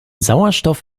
sauerstoff